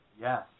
Yes